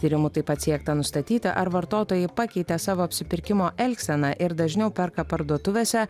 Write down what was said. tyrimu taip pat siekta nustatyti ar vartotojai pakeitė savo apsipirkimo elgseną ir dažniau perka parduotuvėse